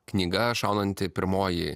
knyga šaunanti pirmoji